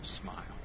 smile